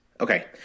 Okay